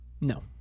No